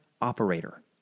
operator